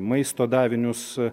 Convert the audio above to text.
maisto davinius